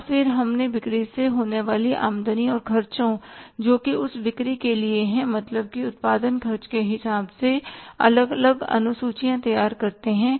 और फिर हमने बिक्री से होने वाली आमदनी और खर्चों जोकि उस बिक्री के लिए है मतलब कि उत्पादन खर्चे के हिसाब से अलग अलग अनुसूचियां तैयार करते हैं